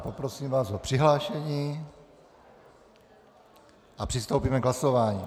Poprosím vás o přihlášení a přistoupíme k hlasování.